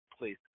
please